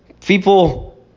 people